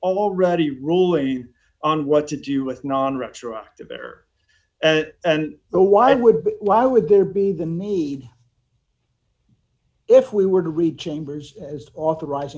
already ruling on what to do with non retroactive air and so why would why would there be the need if we were to read chambers as authoriz